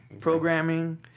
programming